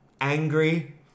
angry